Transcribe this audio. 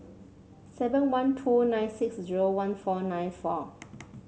seven one two nine six zero one four nine four